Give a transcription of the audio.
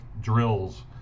drills